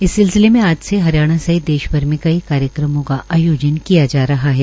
इस सिलसिले में आज से हरियाणा सहित देश भर में कई कई कार्यक्रमों का आयोजन किया जा रहा है